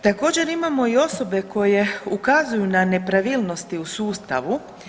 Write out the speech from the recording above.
Također imamo i osobe koje ukazuju na nepravilnosti u sustavu.